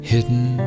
Hidden